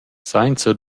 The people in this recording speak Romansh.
sainza